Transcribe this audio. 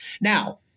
Now